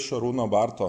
šarūno barto